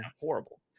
horrible